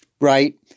right